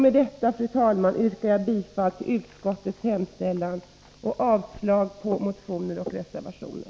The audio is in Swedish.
Med detta, fru talman, yrkar jag bifall till skatteutskottets hemställan och avslag på reservation och motioner.